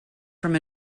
from